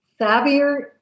savvier